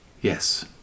Yes